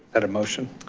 that a motion?